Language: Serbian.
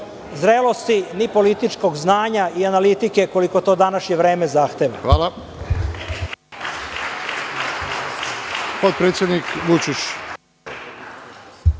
zrelosti ni političkog znanja ni politike koliko to današnje vreme zahteva. Hvala.